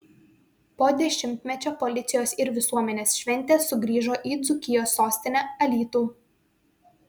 po dešimtmečio policijos ir visuomenės šventė sugrįžo į dzūkijos sostinę alytų